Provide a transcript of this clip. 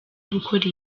gukora